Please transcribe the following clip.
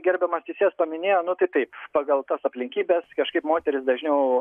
gerbiamas teisėjas paminėjo nu tai taip pagal tas aplinkybes kažkaip moterys dažniau